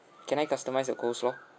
can I customize the coleslaw